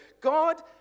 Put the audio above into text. God